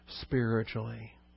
spiritually